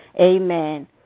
Amen